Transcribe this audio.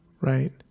right